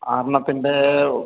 ആറെണ്ണത്തിന്റെ